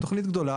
תכנית גדולה,